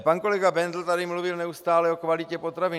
Pan kolega Bendl tady mluvil neustále o kvalitě potravin.